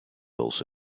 also